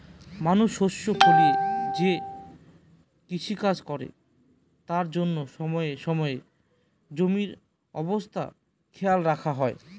মানুষ শস্য ফলিয়ে যে কৃষিকাজ করে তার জন্য সময়ে সময়ে জমির অবস্থা খেয়াল রাখা হয়